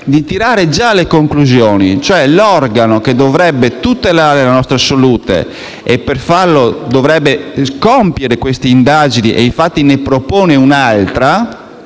di tirare già le conclusioni. L'organo che dovrebbe tutelare la nostra salute e, per farlo, dovrebbe compiere queste indagini (e infatti ne propone un'altra)